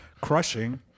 crushing